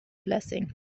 blessing